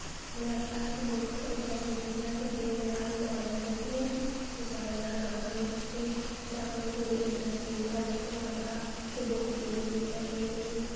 उ'नें आखेआ कि बुक्क इक ऐसी चीज़ ऐ जेह्दे कन्नै साढ़ी नॉलेज़ बधदी ऐ कि कुसे कन्नै अस गल्ल करी सकचे जां सानूं पूरी इंडस्ट्री दे बारे च पता लगदा कि बुक्क केह् चीज़ ऐ केह् नेईं